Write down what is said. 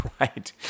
Right